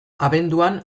abenduan